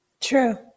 True